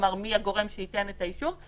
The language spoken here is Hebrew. כלומר מי הגורם שייתן את האישום,